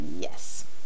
yes